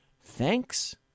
Thanks